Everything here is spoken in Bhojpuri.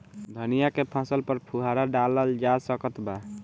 धनिया के फसल पर फुहारा डाला जा सकत बा?